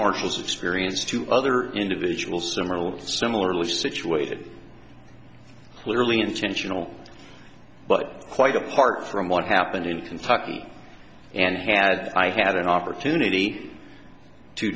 marshals of spirits to other individuals some are similarly situated clearly intentional but quite apart from what happened in kentucky and had i had an opportunity to